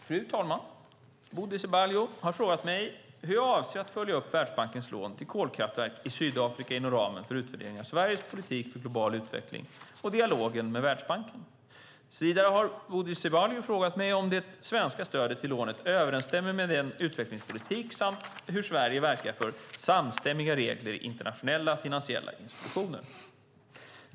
Fru talman! Bodil Ceballos har frågat mig hur jag avser att följa upp Världsbankens lån till ett kolkraftverk i Sydafrika inom ramen för utvärderingen av Sveriges politik för global utveckling och i dialogen med Världsbanken. Vidare har Bodil Ceballos frågat mig om det svenska stödet till lånet överensstämmer med utvecklingspolitiken samt hur Sverige verkar för samstämmiga regler i internationella finansiella institutioner.